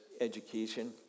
education